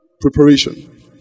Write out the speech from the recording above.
Preparation